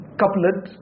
couplet